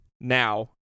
now